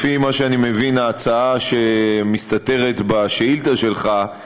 לפי מה שאני מבין ההצעה שמסתתרת בשאילתה שלך היא